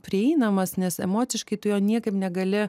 prieinamas nes emociškai tu jo niekaip negali